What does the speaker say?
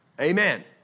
Amen